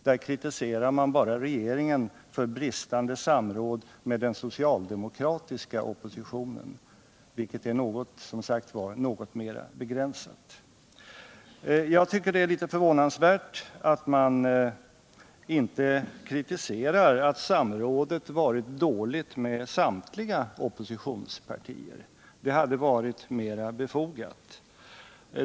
Där kritiserar man bara regeringen för bristande samråd med den socialdemokratiska oppositionen, vilket är något mera begränsat. Jag tycker det är förvånansvärt att man inte kritiserar att samrådet varit dåligt med samtliga oppositionspartier — det hade varit mera befogat.